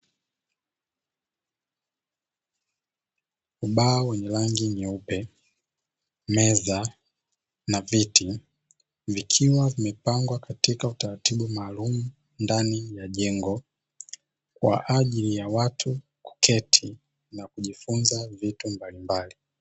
Ubao wenye rangi nyeupe, meza na viti vikiwa vimepangwa katika utaratibu maalumu ndani ya jengo, kwa ajili ya watu kuketi na kujifunza vitu mbalimbali.